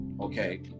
Okay